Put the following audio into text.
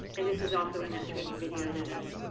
and this is also in that training video that i